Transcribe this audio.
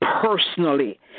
personally